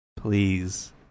please